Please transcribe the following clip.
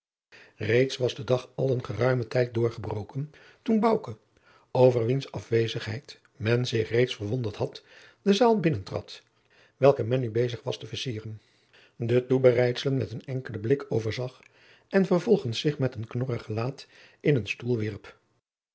reeds was de dag al een geruimen tijd doorgebroken toen bouke over wiens afwezigheid men zich reeds verwonderd had de zaal binnentrad welke men nu bezig was te vercieren de toebereidselen met een enkelen blik overzag en vervolgens zich met een knorrig gelaat in een stoel wierp